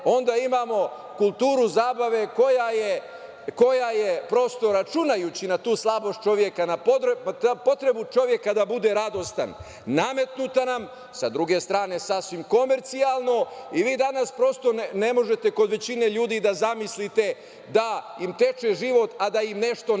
onda imamo kulturu zabave, koja je prosto računajući na tu slabost čoveka, na potrebu čoveka da bude radostan, nametnuta nam, sa druge strane sasvim komercijalno i vi danas prosto ne možete kod većine ljudi da zamislite da im teče život, a da im nešto ne svira.